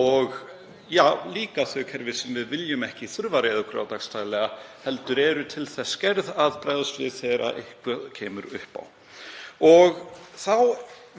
og líka þau kerfi sem við viljum ekki þurfa að reiða okkur á daglega heldur eru til þess gerð að bregðast við þegar eitthvað kemur upp á. Þá